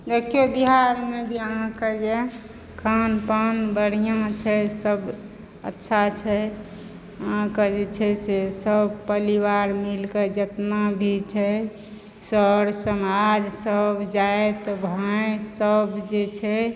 गए केओ बिहारमे भी अहाँ कहिए खान पान बढ़िआँ छै सभ अच्छा छै अहाँकेँ जे छै से सभ पलिवार मिल कऽ जेतना भी छै सर समाज सभ जाति भाति सभ जे छै